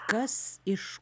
kas iš kur